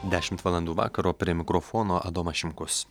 dešimt valandų vakaro prie mikrofono adomas šimkus